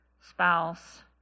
spouse